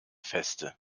feste